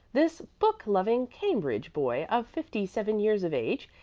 this book-loving cambridge boy of fifty-seven years of age,